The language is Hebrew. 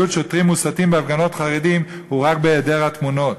שוטרים מוסתים בהפגנות חרדים הוא רק בהיעדר התמונות.